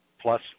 plus